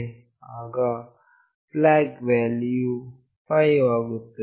ಆಗ flag ವ್ಯಾಲ್ಯೂವು 5 ಆಗುತ್ತದೆ